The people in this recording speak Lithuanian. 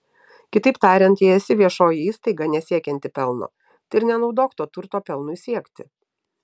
kitaip tariant jei esi viešoji įstaiga nesiekianti pelno tai ir nenaudok to turto pelnui siekti